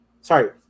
Sorry